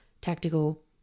Tactical